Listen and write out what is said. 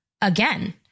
again